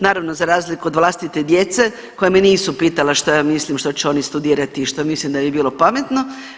Naravno za razliku od vlastite djece koja me nisu pitala šta ja mislim što će oni studirati što mislim da bi bilo pametno.